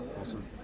Awesome